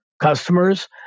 customers